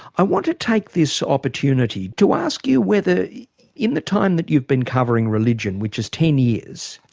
i want to take this opportunity to ask you, whether, in the time that you've been covering religion, which is ten years,